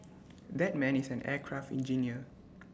that man is an aircraft engineer